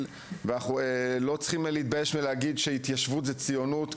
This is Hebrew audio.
וגם לא צריכים להתבייש לומר שהתיישבות זו ציונות,